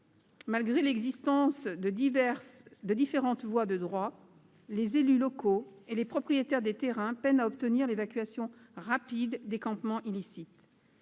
malgré l'existence de différentes voies de droit, les élus locaux et les propriétaires des terrains peinent à obtenir une évacuation rapide. Cela tient notamment